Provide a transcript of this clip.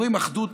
אומרים: אחדות,